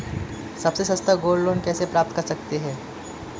सबसे सस्ता gold loan कैसे प्राप्त कर सकते हैं?